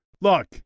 Look